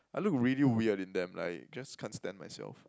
I look really weird in them like just can't stand myself